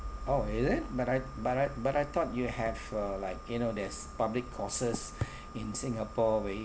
oh is it but I but I but I thought you have a like you know there's public courses in singapore where